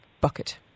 bucket